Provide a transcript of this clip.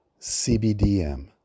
CBDM